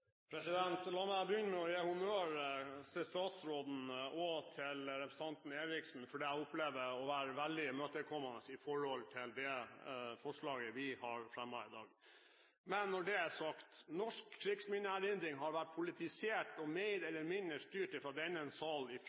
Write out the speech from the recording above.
minutter. La meg begynne med å gi honnør til statsråden og representanten Eriksen, for jeg opplever dem som meget imøtekommende når det gjelder det forslaget vi har fremmet i dag. Når det er sagt: Norsk krigsminneerindring har vært politisert og mer eller mindre styrt fra denne